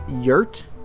yurt